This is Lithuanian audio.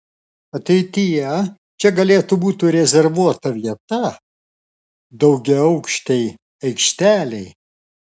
ateityje čia galėtų būti rezervuota vieta daugiaaukštei aikštelei